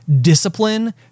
discipline